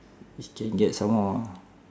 if can get some more